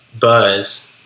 buzz